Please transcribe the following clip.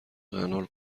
غنا